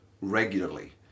regularly